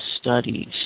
studies